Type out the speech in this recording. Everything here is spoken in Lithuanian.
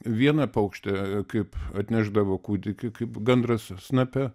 viena paukštė kaip atnešdavo kūdikį kaip gandras snape